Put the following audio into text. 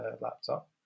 laptop